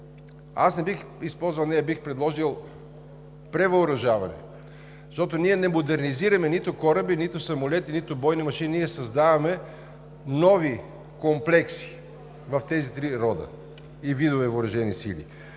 трите вида въоръжени сили, бих предложил превъоръжаване, защото не модернизираме нито кораби, нито самолети, нито бойни машини – създаваме нови комплекси в тези три рода и видове въоръжени сили.